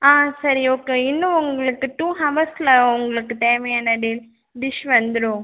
ஆ சரி ஓகே இன்னும் உங்களுக்கு டூ ஹவர்ஸில் உங்களுக்கு தேவையான டி டிஷ் வந்துடும்